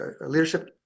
leadership